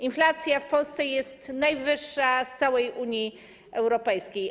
Inflacja w Polsce jest najwyższa w całej Unii Europejskiej.